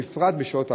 בפרט בשעות הלילה.